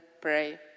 pray